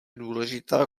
důležitá